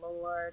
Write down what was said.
lord